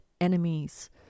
enemies